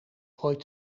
ooit